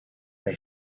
they